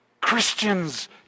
Christians